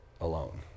alone